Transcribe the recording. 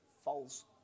false